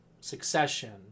Succession